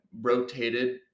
rotated